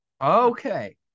Okay